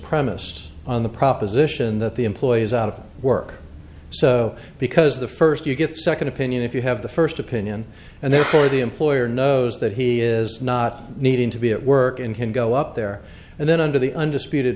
premised on the proposition that the employee is out of work so because the first you get second opinion if you have the first opinion and therefore the employer knows that he is not needing to be at work and can go up there and then under the undisputed